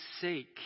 sake